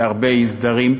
להרבה אי-סדרים,